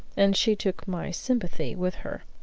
and she took my sympathy with her,